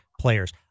players